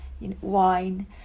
wine